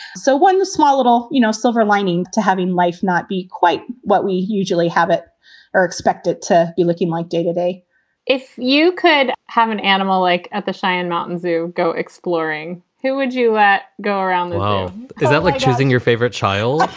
so one small little, you know, silver lining to having life not be quite what we usually have it or expect it to be looking like day to day if you could have an animal like at the cheyenne mountain zoo, go exploring. who would you at go around? is it like choosing your favorite child?